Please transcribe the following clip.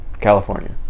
California